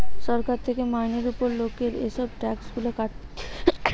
সরকার থেকে মাইনের উপর লোকের এসব ট্যাক্স গুলা কাটতিছে